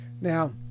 Now